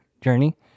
journey